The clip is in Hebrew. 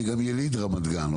אני גם יליד רמת גן,